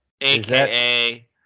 AKA